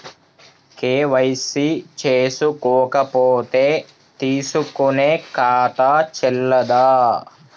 KYC చేసుకోకపోతే తీసుకునే ఖాతా చెల్లదా?